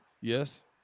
Yes